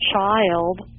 child